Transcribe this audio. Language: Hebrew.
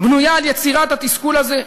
בנויה על יצירת התסכול הזה,